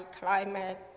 climate